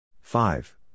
Five